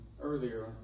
earlier